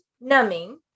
numbing